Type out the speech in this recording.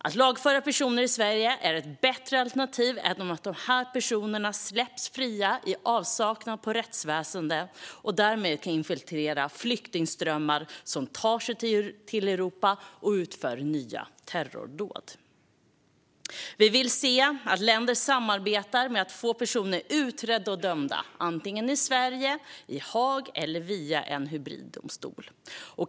Att lagföra personer i Sverige är ett bättre alternativ än att dessa personer släpps fria i avsaknad av rättsväsen, och därmed kan infiltrera flyktingströmmar som tar sig till Europa, och utför nya terrordåd. Vi vill se att länder samarbetar med att få personer utredda och dömda, i Sverige, i Haag eller via en hybriddomstol.